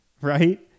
right